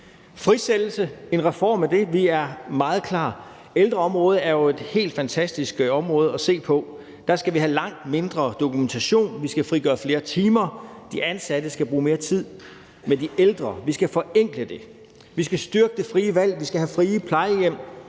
frisættelse er vi meget klar til. Ældreområdet er jo et helt fantastisk område at se på. Der skal vi have langt mindre dokumentation. Vi skal frigøre flere timer. De ansatte skal bruge mere tid med de ældre. Vi skal forenkle det. Vi skal styrke det frie valg. Vi skal have frie plejehjem,